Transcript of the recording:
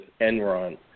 Enron